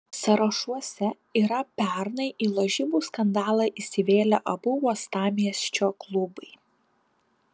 sąrašuose yra pernai į lažybų skandalą įsivėlę abu uostamiesčio klubai